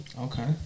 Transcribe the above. Okay